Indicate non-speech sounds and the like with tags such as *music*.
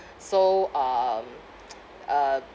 so um *noise* uh